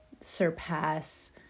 surpass